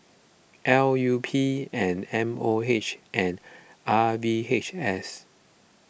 L U P and M O H and R V H S